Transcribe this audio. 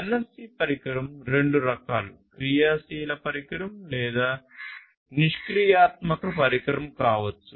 NFC పరికరం రెండు రకాలు క్రియాశీల పరికరం కావచ్చు